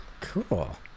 Cool